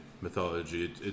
mythology